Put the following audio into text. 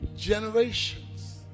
generations